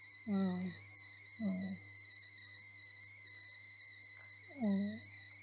mm mm mm